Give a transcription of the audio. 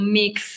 mix